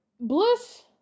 Bliss